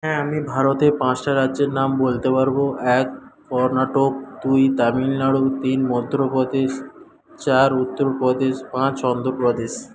হ্যাঁ আমি ভারতের পাঁচটা রাজ্যের নাম বলতে পারবো এক কর্ণাটক দুই তামিলনাড়ু তিন মধ্যপ্রদেশ চার উত্তরপ্রদেশ পাঁচ অন্ধ্রপ্রদেশ